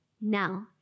Now